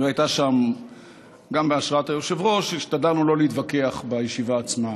גם בהשראת היושב-ראש השתדלנו לא להתווכח בישיבה עצמה,